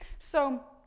so,